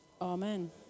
amen